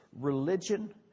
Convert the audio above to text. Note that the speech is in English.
religion